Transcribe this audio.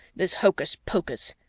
this hocus-pocus!